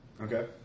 Okay